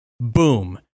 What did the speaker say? Boom